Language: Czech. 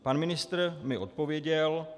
Pan ministr mi odpověděl.